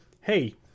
Hey